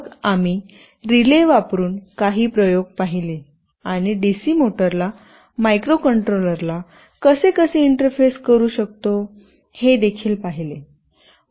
मग आम्ही रिले वापरुन काही प्रयोग पाहिले आणि डीसी मोटरला मायक्रोकंट्रोलरला कसे कसे इंटरफेस करू शकतो हे देखील पाहिले